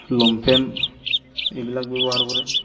long pant এইবিলাক ব্যৱহাৰ কৰে